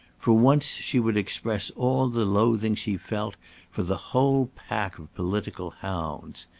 for once she would express all the loathing she felt for the whole pack of political hounds.